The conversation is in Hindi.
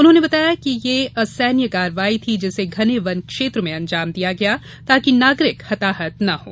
उन्होंने बताया कि यह असैन्य कार्रवाई थी जिसे घने वन क्षेत्र में अंजाम दिया गया ताकि नागरिक हताहत न हों